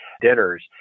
dinners